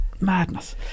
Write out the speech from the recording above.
madness